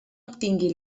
obtingui